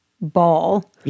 Ball